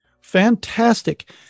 Fantastic